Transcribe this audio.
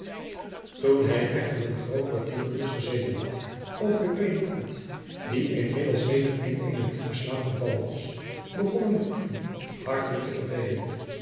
toen hij echter een groot kwartier uurs gezeten had over den predikant die inmiddels weder in eenen diepen slaap gevallen was begon hem het toeven hartelijk te verveelen